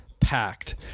packed